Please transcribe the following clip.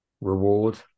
reward